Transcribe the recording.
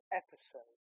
episode